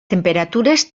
temperatures